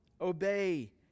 obey